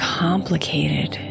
complicated